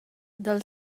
dal